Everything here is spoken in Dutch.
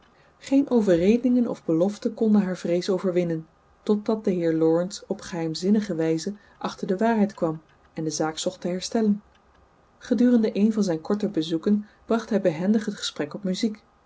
geen overredingen of beloften konden haar vrees overwinnen totdat de heer laurence op geheimzinnige wijze achter de waarheid kwam en de zaak zocht te herstellen gedurende een van zijn korte bezoeken bracht hij behendig het gesprek op muziek